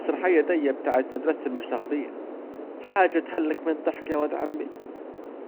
المسرحية ديه بتاعت مدرسة المشاغبين حاجة تهلك من الضحك يا واد عمي